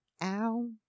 Ow